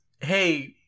hey